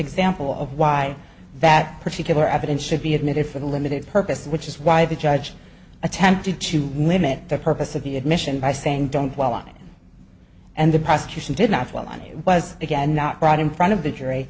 example of why that particular evidence should be admitted for the limited purpose which is why the judge attempted to limit the purpose of the admission by saying don't dwell on and the prosecution did not dwell on it was again not right in front of the jury